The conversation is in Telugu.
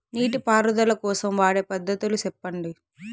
నీటి పారుదల కోసం వాడే పద్ధతులు సెప్పండి?